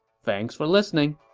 thanks for listening